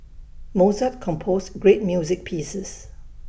Mozart composed great music pieces